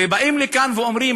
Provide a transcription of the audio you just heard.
ובאים לכאן ואומרים,